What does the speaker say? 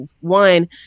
one